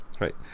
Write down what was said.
Right